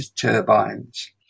turbines